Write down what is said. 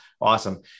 Awesome